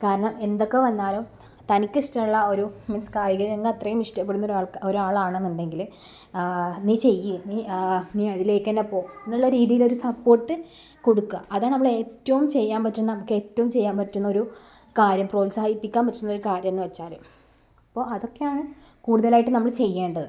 കാരണം എന്തൊക്കെ വന്നാലും തനിക്കിഷ്ടമുള്ള ഒരു മീൻസ് കായിക രംഗം അത്രയും ഇഷ്ടപ്പെടുന്നൊരാൾക്ക് ഒരാളാണെന്നുണ്ടെങ്കിൽ നീ ചെയ്യ് നീ നീ അതിലേക്കെന്നെ പോ എന്നുള്ള രീതിയിലൊരു സപ്പോർട്ട് കൊടുക്കുക അതാ നമ്മളേറ്റവും ചെയ്യാൻ പറ്റുന്ന നമുക്ക് ഏറ്റവും ചെയ്യാൻ പറ്റുന്നൊരു കാര്യം പ്രോത്സാഹിപ്പിക്കാൻ പറ്റുന്നൊരു കാര്യമെന്നു വെച്ചാൽ അപ്പോൾ അതൊക്കെയാണ് കൂടുതലായിട്ട് നമ്മൾ ചെയ്യേണ്ടത്